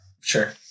Sure